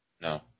No